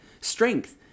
Strength